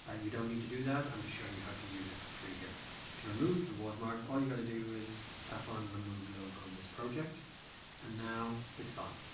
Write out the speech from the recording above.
ah you don't need to do that i'm just showing you how to use it for free here to remove the watermark. all you got to do is tap on remove logo on this project and now it's gone.